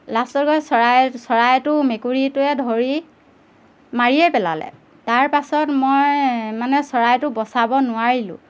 লাষ্টত গৈ চৰাই চৰাইটো মেকুৰীটোৱে ধৰি মাৰিয়ে পেলালে তাৰপাছত মই মানে চৰাইটো বচাব নোৱাৰিলোঁ